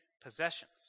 possessions